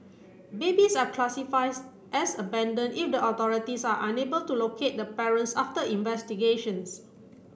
babies are as abandoned if the authorities are unable to locate the parents after investigations